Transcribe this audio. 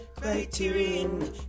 Criterion